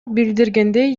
билдиргендей